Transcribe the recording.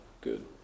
good